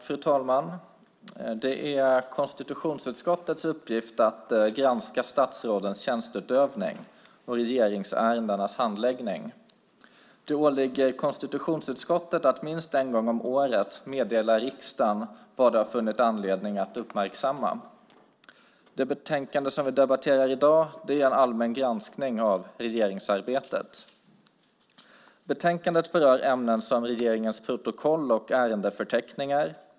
Fru talman! Det är konstitutionsutskottets uppgift att granska statsrådens tjänsteutövning och regeringsärendenas handläggning. Det åligger konstitutionsutskottet att minst en gång om året meddela riksdagen vad det har funnit anledning att uppmärksamma. Det betänkande som vi debatterar i dag är en allmän granskning av regeringsarbetet. Betänkandet berör ämnen som regeringens protokoll och ärendeförteckningar.